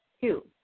two